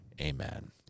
Amen